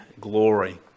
glory